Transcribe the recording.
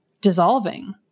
dissolving